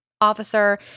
officer